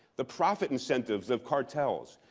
the profit incentives of cartels.